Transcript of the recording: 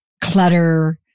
clutter